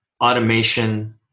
automation